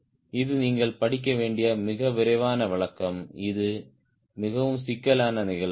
இது நீங்கள் படிக்க வேண்டிய மிக விரைவான விளக்கம் இது மிகவும் சிக்கலான நிகழ்வு